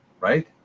right